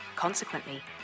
Consequently